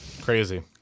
Crazy